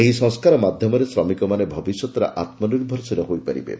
ଏହି ସଂସ୍କାର ମାଧ୍ୟମରେ ଶ୍ରମିକମାନେ ଭବିଷ୍ୟତରେ ଆମ୍ନିର୍ଭର ହୋଇପାରିବେ